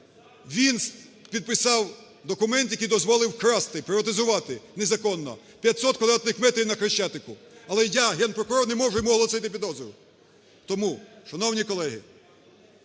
Він підписав документ, який дозволив вкрасти, приватизувати незаконно 500 квадратних метрів на Хрещатику! Але, я, Генпрокурор, не можу йому оголосити підозру! Тому, шановні колеги,